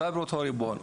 משרד הבריאות הוא הריבון.